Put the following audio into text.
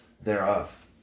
thereof